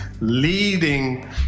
leading